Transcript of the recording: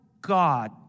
god